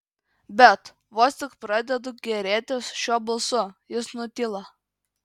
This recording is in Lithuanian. bet vos tik pradedu gėrėtis šiuo balsu jis nutyla